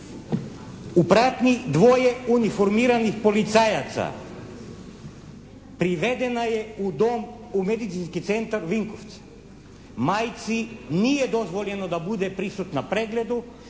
U pratnji dvoje uniformiranih policajaca, privedena je u Medicinski centar Vinkovci. Majci nije dozvoljeno da bude prisutna pregledu,